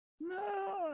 no